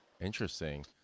interesting